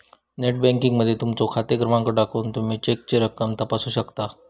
net banking मध्ये तुमचो खाते क्रमांक टाकून तुमी चेकची रक्कम तपासू शकता